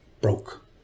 broke